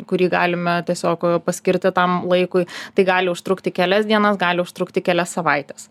kurį galime tiesiog paskirti tam laikui tai gali užtrukti kelias dienas gali užtrukti kelias savaites